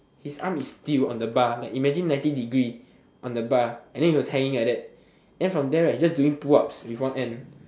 his arm is steel on the bar imagine ninety degree on the bar and then he was hanging like that then he was doing pull ups with one hand